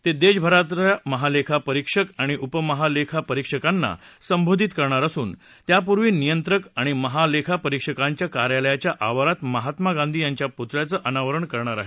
ते देशभरातल्या महालेखापरीक्षक आणि उपमहालेखापरीक्षकानां संबोधित करणार असून त्यापूर्वी नियंत्रक आणि महालेखापरीक्षकांच्या कार्यालयाच्या आवारात महात्मा गांधी यांच्या पुतळ्याचं अनावरण करणार आहेत